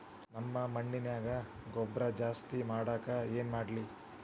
ನಮ್ಮ ಮಣ್ಣಿನ್ಯಾಗ ಗೊಬ್ರಾ ಜಾಸ್ತಿ ಮಾಡಾಕ ಏನ್ ಮಾಡ್ಲಿ?